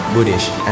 Buddhist